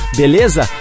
beleza